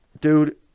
Dude